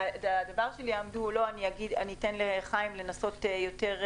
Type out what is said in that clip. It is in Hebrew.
לגבי השאלה אם יעמדו או לא אתן לחיים בורובסקי לנסות להציג.